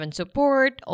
support